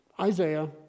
Isaiah